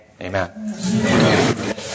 Amen